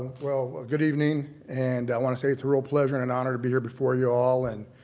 well, ah good evening, and i want to say it's a real pleasure and and honor to be here before you all and